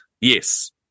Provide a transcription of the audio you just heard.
Yes